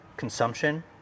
Consumption